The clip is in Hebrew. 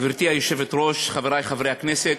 גברתי היושבת-ראש, חברי חברי הכנסת,